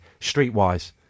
streetwise